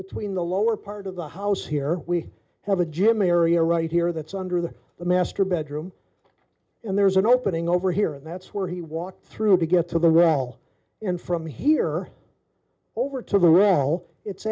between the lower part of the house here we have a gym area right here that's under the the master bedroom and there's an opening over here and that's where he walked through to get to the role and from here over to the